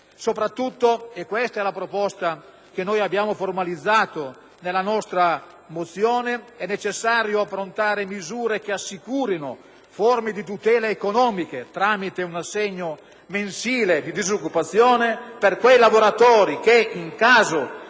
Soprattutto (questa è una proposta che abbiamo formalizzato nella nostra mozione), è necessario approntare misure che assicurino forme di tutela economica tramite un assegno mensile di disoccupazione per quei lavoratori che, in caso di